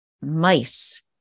mice